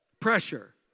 Pressure